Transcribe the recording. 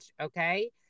okay